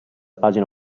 pagina